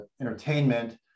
entertainment